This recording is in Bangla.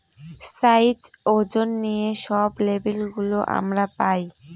সাইজ, ওজন নিয়ে সব লেবেল গুলো আমরা পায়